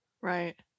Right